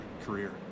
career